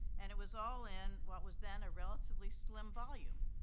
and it was all in what was then a relatively slim volume.